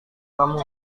kamu